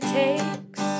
takes